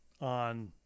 on